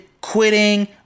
quitting